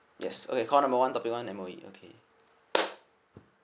yes eh call number one topic one M_O_E